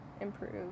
improve